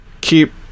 keep